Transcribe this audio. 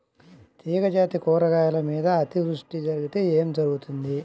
తీగజాతి కూరగాయల మీద అతివృష్టి జరిగితే ఏమి జరుగుతుంది?